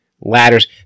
ladders